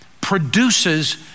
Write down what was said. produces